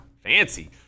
fancy